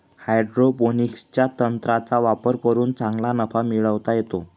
हायड्रोपोनिक्सच्या तंत्राचा वापर करून चांगला नफा मिळवता येतो